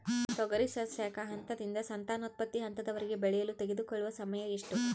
ತೊಗರಿ ಸಸ್ಯಕ ಹಂತದಿಂದ ಸಂತಾನೋತ್ಪತ್ತಿ ಹಂತದವರೆಗೆ ಬೆಳೆಯಲು ತೆಗೆದುಕೊಳ್ಳುವ ಸಮಯ ಎಷ್ಟು?